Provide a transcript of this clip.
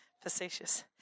facetious